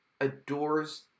adores